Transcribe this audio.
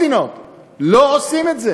היו עושים את זה